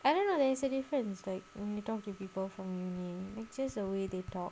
I didn't know there's a difference like when you talk to people from uni matches away they talk